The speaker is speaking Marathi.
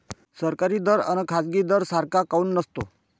सरकारी दर अन खाजगी दर सारखा काऊन नसतो?